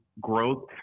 growth